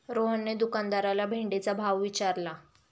रोहनने दुकानदाराला भेंडीचा भाव विचारला